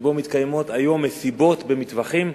שבו מתקיימות היום מסיבות במטווחים,